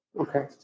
Okay